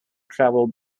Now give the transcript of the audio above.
travel